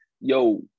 yo